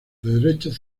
derechos